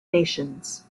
nations